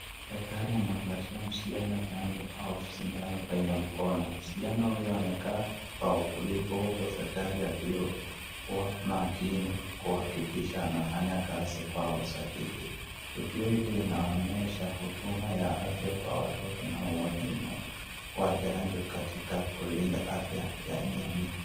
Daktari anampatia msichana chanjo au sindano kwenye mkono. Msichana huyo amekaa kwa utulivu, huku daktari akiwa makini kuhakikisha anafanya kazi kwa usahihi, tukio hili inaonyesha huduma ya afya kwa watoto na umuhimu wa chanjo katika kulinda afya ya jamii.